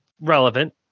Relevant